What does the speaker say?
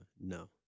no